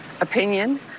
opinion